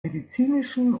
medizinischen